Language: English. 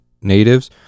natives